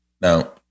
Now